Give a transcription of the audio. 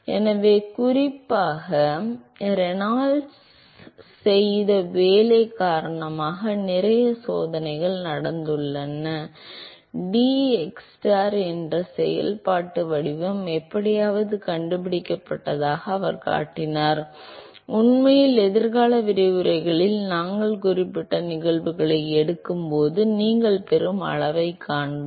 எனவே குறிப்பாக ரெனால்ட்ஸ் செய்த வேலை காரணமாக நிறைய சோதனைகள் நடந்துள்ளன டிஎக்ஸ்ஸ்டார் என்ற செயல்பாட்டு வடிவம் எப்படியாவது கண்டுபிடிக்கப்பட்டதாக அவர் காட்டினார் உண்மையில் எதிர்கால விரிவுரைகளில் நாங்கள் குறிப்பிட்ட நிகழ்வுகளை எடுக்கும்போது நீங்கள் பெறும் அளவைக் காண்போம்